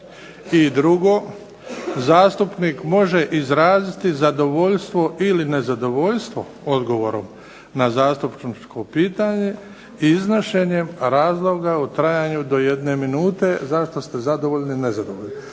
I drugo, zastupnik može izraziti zadovoljstvo ili nezadovoljstvo odgovorom na zastupničko pitanje iznošenjem razloga u trajanju do jedne minute zašto ste zadovoljni, nezadovoljni.